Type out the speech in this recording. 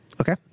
Okay